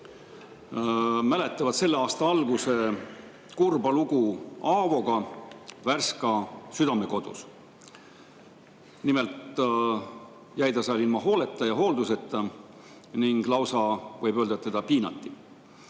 mäletavad selle aasta alguse kurba lugu Aavost Värska Südamekodus. Nimelt jäi ta seal ilma hooleta ja hoolduseta ning võib lausa öelda, et teda piinati.